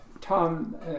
Tom